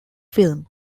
film